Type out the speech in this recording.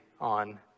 on